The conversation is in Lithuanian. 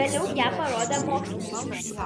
vėliau ją parodė mokslininkams